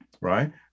Right